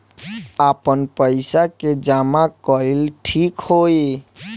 आपन पईसा के जमा कईल ठीक होई?